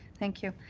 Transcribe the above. thank you.